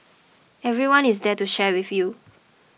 everyone is there to share with you